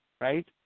right